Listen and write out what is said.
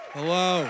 Hello